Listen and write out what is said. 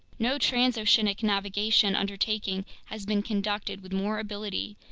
no transoceanic navigational undertaking has been conducted with more ability,